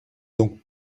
donc